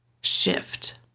shift